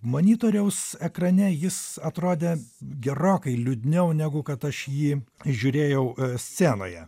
monitoriaus ekrane jis atrodė gerokai liūdniau negu kad aš jį žiūrėjau scenoje